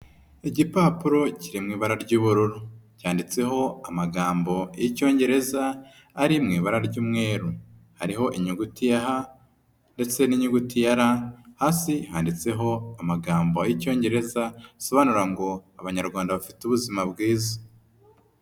Igipapuro kiri mu ibara ry'ubururu, cyanditseho amagambo y'Icyongereza ari mu ibara ry'umweru, hariho inyuguti ndetse ya ha ndetse n'inyuguti ra, hasi handitseho amagambo y'Icyongereza asobanura ngo abanyarwanda bafite ubuzima bwiza.